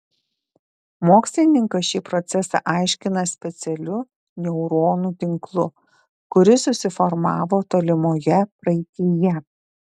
mokslininkas šį procesą aiškina specialiu neuronų tinklu kuris susiformavo tolimoje praeityje